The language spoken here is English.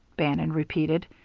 bannon repeated,